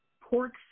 pork